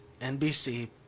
NBC